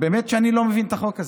באמת שאני לא מבין את החוק הזה.